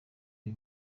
ibi